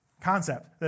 concept